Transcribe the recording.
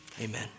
Amen